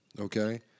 okay